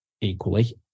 equally